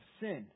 sin